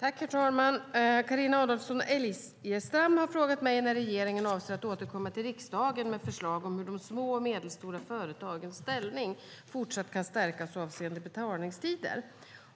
Herr talman! Carina Adolfsson Elgestam har frågat mig när regeringen avser att återkomma till riksdagen med förslag om hur de små och medelstora företagens ställning kan fortsätta stärkas avseende betalningstider.